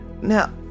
now